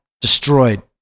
destroyed